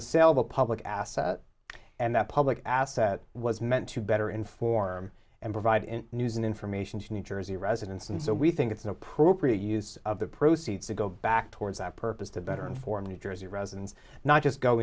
a public asset and that public asset was meant to better inform and provide news and information to new jersey residents and so we think it's an appropriate use of the proceeds to go back towards that purpose to better inform new jersey residents not just go